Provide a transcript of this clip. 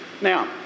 Now